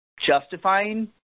justifying